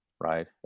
right